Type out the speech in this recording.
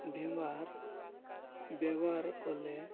ଭୀମ୍ବାର୍ ବ୍ୟବହାର କଲେ